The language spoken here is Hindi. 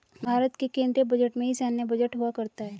भारत के केन्द्रीय बजट में ही सैन्य बजट हुआ करता है